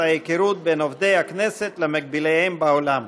ההיכרות בין עובדי הכנסת למקביליהם בעולם.